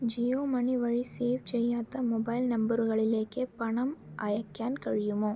Jio money വഴി save ചെയ്യാത്ത mobile നമ്പറുകളിലേക്ക് പണം അയയ്ക്കാൻ കഴിയുമോ